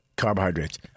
carbohydrates